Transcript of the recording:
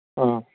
ꯑꯥ